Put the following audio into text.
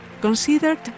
considered